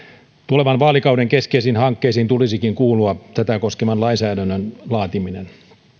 tulevan vaalikauden keskeisiin hankkeisiin tulisikin kuulua tätä koskevan lainsäädännön laatiminen